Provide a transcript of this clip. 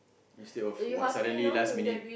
instead of !wah! suddenly last minute